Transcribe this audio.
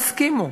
הסכימו.